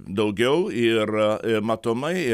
daugiau ir matomai